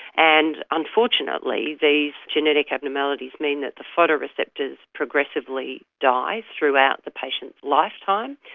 and unfortunately these genetic abnormalities mean that the photoreceptors progressively die throughout the patient's lifetime,